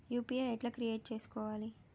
UPI ఎట్లా create చేసుకోవాలి?